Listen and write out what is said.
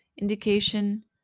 Indication